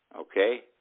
okay